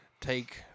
take